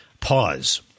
pause